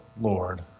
Lord